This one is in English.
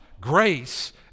Grace